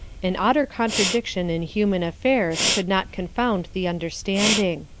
an odder contradiction in human affairs could not confound the understanding.